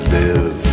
live